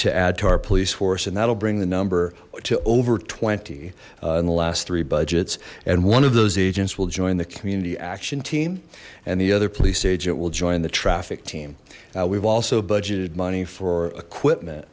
to add to our police force and that'll bring the number to over twenty in the last three budgets and one of those agents will join the community action team and the other police agent will join the traffic team we've also budgeted money for